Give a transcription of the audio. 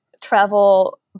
travel